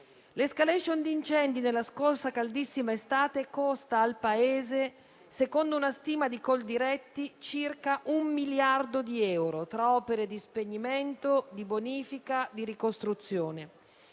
L'*escalation* di incendi della scorsa caldissima estate costa al Paese, secondo una stima di Coldiretti, circa un miliardo di euro tra opere di spegnimento, di bonifica, di ricostruzione.